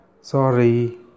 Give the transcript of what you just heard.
Sorry